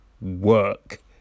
work